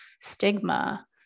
stigma